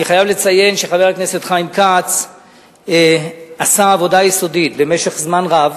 אני חייב לציין שחבר הכנסת חיים כץ עשה עבודה יסודית במשך זמן רב.